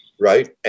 Right